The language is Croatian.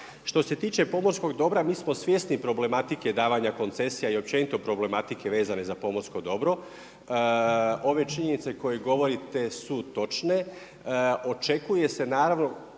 Što se tiče pomorskog dobra, mi smo svjesni problematike davanja koncesija i općenito problematike vezane za pomorsko dobro, ove činjenice koje govorite su točne, očekuje se naravno,